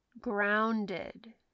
grounded